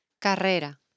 Carrera